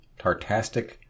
Tartastic